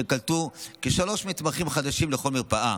שקלטו כשלושה מתמחים חדשים לכל מרפאה.